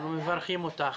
אנחנו מברכים אותך.